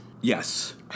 Yes